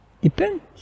Depends